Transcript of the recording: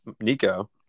Nico